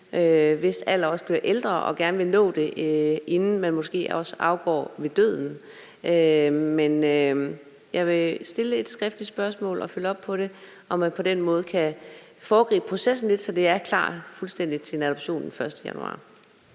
også dem, som bliver ældre og gerne vil nå det, inden man måske også afgår ved døden. Men jeg vil stille et skriftligt spørgsmål og følge op på, om man på den måde kan foregribe processen lidt, så det er fuldstændig klar til en adoption den 1. januar.